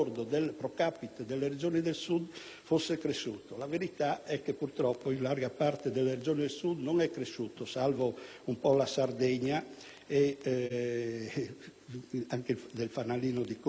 La verità è che purtroppo in larga parte delle Regioni del Sud non è cresciuto, salvo la Sardegna e il fanalino di coda (ma è molto relativo) che è la Calabria;